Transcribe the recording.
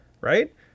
Right